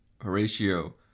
Horatio